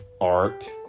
art